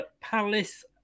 Palace